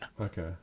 Okay